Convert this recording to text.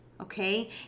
okay